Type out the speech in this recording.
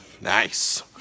nice